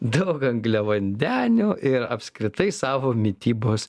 dėl angliavandenių ir apskritai savo mitybos